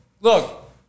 Look